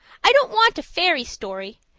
i don't want a fairy story.